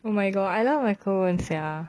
oh my god I love macarons sia